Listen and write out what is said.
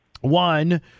one